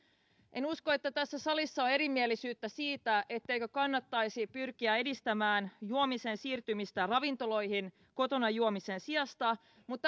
en usko että tässä salissa on erimielisyyttä siitä etteikö kannattaisi pyrkiä edistämään juomisen siirtymistä ravintoloihin kotona juomisen sijasta mutta